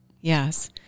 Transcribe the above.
Yes